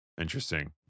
Interesting